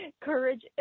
courage